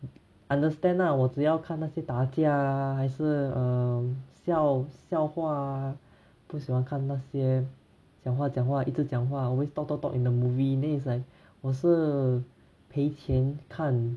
understand lah 我只要看那些打架还是 um 笑笑话不喜欢看那些讲话讲话一直讲话 always talk talk talk in the movie then it's like 我是赔钱看